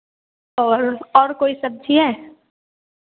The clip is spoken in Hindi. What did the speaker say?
और और कोई सब्ज़ी है